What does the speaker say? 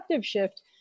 shift